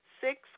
six